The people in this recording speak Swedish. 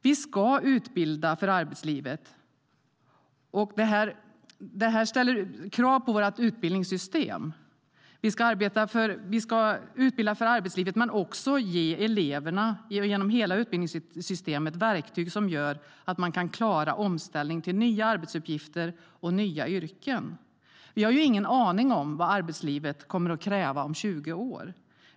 Vi ska utbilda för arbetslivet, vilket ställer krav på vårt utbildningssystem, men också ge eleverna genom hela utbildningssystemet verktyg för att klara omställningen till nya arbetsuppgifter och nya yrken. Vi har ju ingen aning om vad arbetslivet kommer att kräva om 20 år.